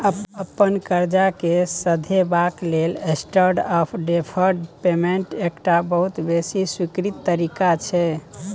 अपन करजा केँ सधेबाक लेल स्टेंडर्ड आँफ डेफर्ड पेमेंट एकटा बहुत बेसी स्वीकृत तरीका छै